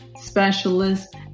specialist